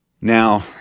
Now